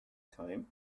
time